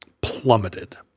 plummeted